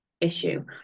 issue